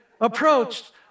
approached